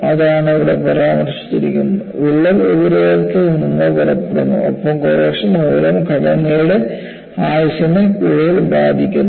അതാണ് ഇവിടെ പരാമർശിച്ചിരിക്കുന്നത് വിള്ളൽ ഉപരിതലത്തിൽ നിന്ന് പുറപ്പെടുന്നു ഒപ്പം കൊറോഷൻ മൂലം ഘടനയുടെ ആയുസ്സിനെ കൂടുതൽ ബാധിക്കുന്നു